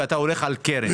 ואתה הולך על הקרן.